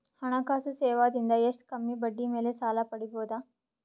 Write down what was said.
ಹಣಕಾಸು ಸೇವಾ ದಿಂದ ಎಷ್ಟ ಕಮ್ಮಿಬಡ್ಡಿ ಮೇಲ್ ಸಾಲ ಪಡಿಬೋದ?